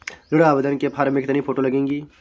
ऋण आवेदन के फॉर्म में कितनी फोटो लगेंगी?